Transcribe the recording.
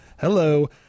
hello